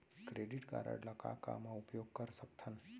Credit card ला का का मा उपयोग कर सकथन?